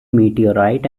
meteorite